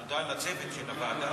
תודה לצוות של הוועדה.